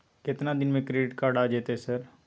केतना दिन में क्रेडिट कार्ड आ जेतै सर?